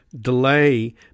delay